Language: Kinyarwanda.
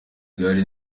igare